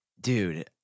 dude